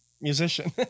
musician